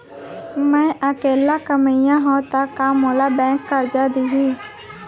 मैं अकेल्ला कमईया हव त का मोल बैंक करजा दिही?